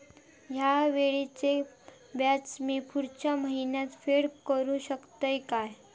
हया वेळीचे व्याज मी पुढच्या महिन्यात फेड करू शकतय काय?